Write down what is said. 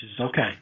okay